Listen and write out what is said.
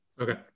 Okay